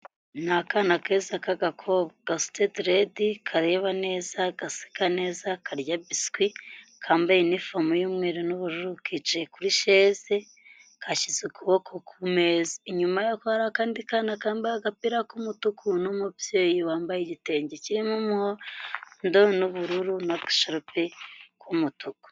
Ni akana keza k'agakobwa gasuste derede kareba neza gaseka neza karya biswi kambaye inifomu y'umweru n'ubururu kicaye kuri sheze kashyize ukuboko kumeza, inyuma yoko hari akandi kana kambaye agapira k'umutuku n'umubyeyi wambaye igitenge kirimo umuhodo n'ubururu nagasharupe ku 'umutuku.